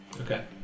Okay